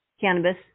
Cannabis